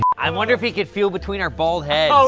i wonder if he could feel between our bald heads.